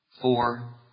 Four